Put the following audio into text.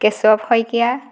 Keshab Saikia